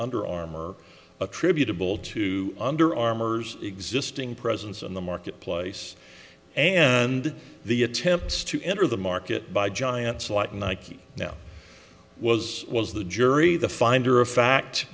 under armor attributable to under armour's existing presence in the marketplace and the attempts to enter the market by giants like nike now was was the jury the finder of fact